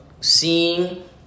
seeing